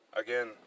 again